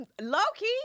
Low-key